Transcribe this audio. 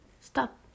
stop